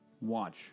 watch